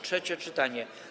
Trzecie czytanie.